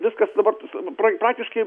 viskas dabar pra praktiškai